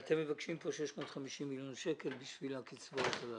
אתם מבקשים כאן 650 מיליון שקלים בשביל הקצבאות הללו.